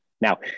Now